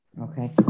Okay